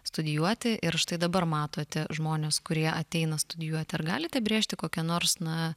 studijuoti ir štai dabar matote žmones kurie ateina studijuoti ar galite brėžti kokią nors na